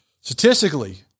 Statistically